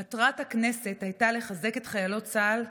מטרת הכנס הייתה לחזק את חיילות צה"ל,